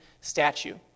statue